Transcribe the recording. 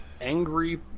angry